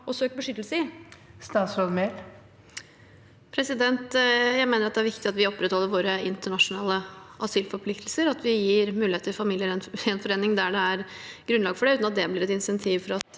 å søke beskyttelse i? Statsråd Emilie Mehl Jeg mener det er viktig at vi opprettholder våre internasjonale asylforpliktelser, og at vi gir mulighet til familiegjenforening der det er grunnlag for det, uten at det blir et insentiv for at